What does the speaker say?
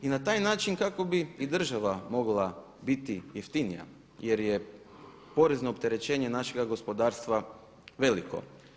I na taj način kako bi i država mogla biti jeftinija, jer je porezno opterećenje našega gospodarstva veliko.